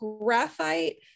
graphite